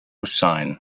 sign